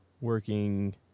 working